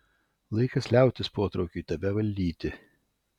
laikas liautis potraukiui tave valdyti